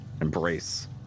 Embrace